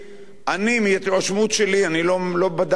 אני, מההתרשמות שלי, אני לא בדקתי בשיטות מדעיות,